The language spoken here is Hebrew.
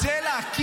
-- הוא רוצה להקים,